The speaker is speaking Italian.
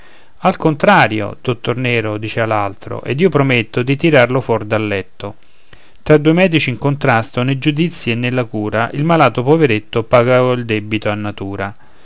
al contrario dottor nero dicea l'altro ed io prometto di tirarlo fuor del letto tra due medici in contrasto ne giudizi e nella cura il malato poveretto pagò il debito a natura